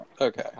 Okay